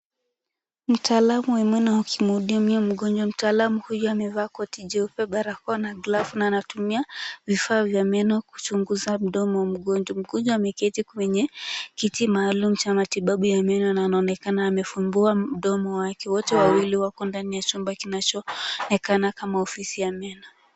Mtaalamu wa meno akimhudumia mgonjwa. Mtaalam huyu amevalia koti jeupe, barakoa na glavu na anatumia vifaa vya meno kuchunguza mdomo wa mgonjwa. Mgonjwa ameketi kwenye kiti maalum cha matibabu ya meno na anaonekana amefungua mdomo wake. Wote wawili wako ndani ya chumba kinachoonekana kama ofisi ya meno.